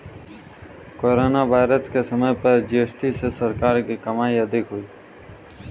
corona virus के समय पर जी.एस.टी से सरकार की कमाई अधिक हुई